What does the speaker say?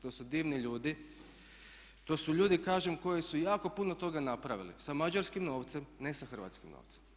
To su divni ljudi, to su ljudi kažem koji su jako puno toga napravili sa mađarskim novcem, ne sa hrvatskim novcem.